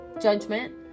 judgment